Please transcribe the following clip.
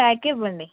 pack ఇవ్వండి